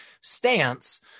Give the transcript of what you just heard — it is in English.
stance